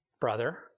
brother